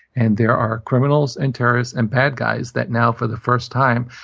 and there are criminals and terrorists and bad guys that now, for the first time,